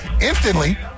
instantly